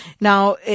Now